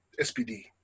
SPD